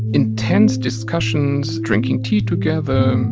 intense discussions, drinking tea together,